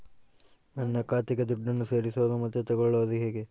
ನನ್ನ ಖಾತೆಗೆ ದುಡ್ಡನ್ನು ಸೇರಿಸೋದು ಮತ್ತೆ ತಗೊಳ್ಳೋದು ಹೇಗೆ?